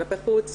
כלפי חוץ,